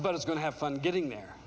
but it's going to have fun getting there